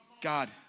God